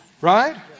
Right